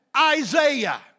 Isaiah